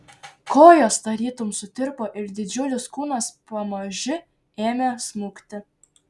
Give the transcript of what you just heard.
kojos tarytum sutirpo ir didžiulis kūnas pamaži ėmė smukti